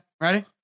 Ready